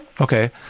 Okay